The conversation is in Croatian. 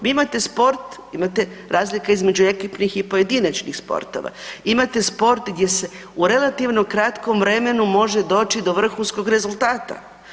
Vi imate sport, imate razlike između ekipnih i pojedinačnih sportova, imate sport gdje se u relativno kratkom vremenu može doći do vrhunskog rezultata.